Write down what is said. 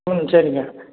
ம் சரிங்க